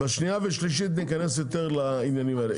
לקראת הקריאה השנייה והשלישית ניכנס יותר לעניינים האלה.